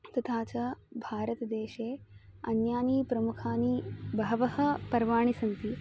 तथा च भारतदेशे अन्यानि प्रमुखानि बहूनि पर्वाणि सन्ति